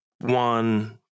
one